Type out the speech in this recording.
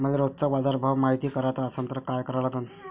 मले रोजचा बाजारभव मायती कराचा असन त काय करा लागन?